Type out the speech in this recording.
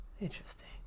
interesting